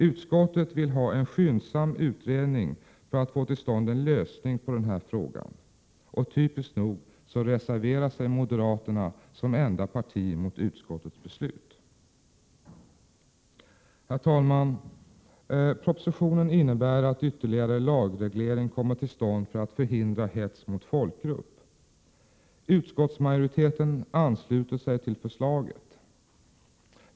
Utskottet vill ha en skyndsam utredning för att få till stånd en lösning på den här frågan. Typiskt nog reserverar sig moderaterna som enda parti mot utskottets beslut. Herr talman! Propositionen innebär att ytterligare lagreglering kommer till stånd för att förhindra hets mot folkgrupp. Utskottsmajoriteten ansluter sig till förslaget.